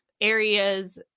areas